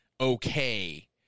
okay